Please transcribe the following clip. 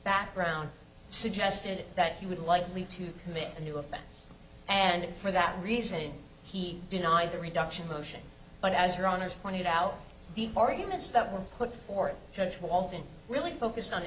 background suggested that he would likely to commit a new offense and for that reason he denied the reduction motion but as your honour's pointed out the arguments that were put forth judge walton really focused on